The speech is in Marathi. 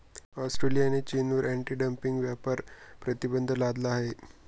ऑस्ट्रेलियाने चीनवर अँटी डंपिंग व्यापार प्रतिबंध लादला आहे